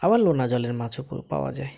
আবার নোনা জলের মাছও পাওয়া যায়